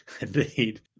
indeed